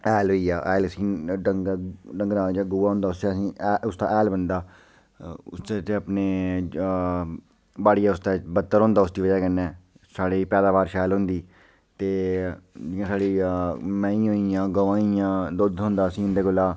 हैल होई गेआ हैल उसगी डंगरें दा जेह्ड़ा गोआ होंदा उस्सी आहीं उसदा हैल बनदा उसदे च अपने बाड़ी अपने बत्तर होंदा उसदी बजहा कन्नै साढ़ी पैदावार शैल होंदी ते जि'यां साढ़ी मेहीं होई गेइयां गौ होई गेइयां दूध थोह्दां एह्दे कोला